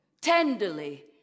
tenderly